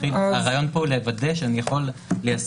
הרעיון פה הוא לוודא שאני יכול ליישם.